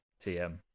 TM